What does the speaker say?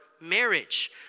marriage